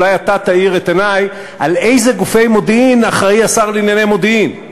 אולי אתה תאיר את עיני לאיזה גופי מודיעין אחראי השר לענייני מודיעין,